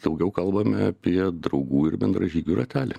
daugiau kalbame apie draugų ir bendražygių ratelį